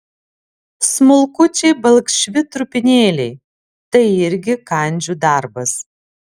smulkučiai balkšvi trupinėliai tai irgi kandžių darbas